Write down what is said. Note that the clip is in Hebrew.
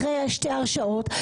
אחרי שתי הרשעות,